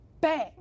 bang